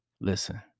Listen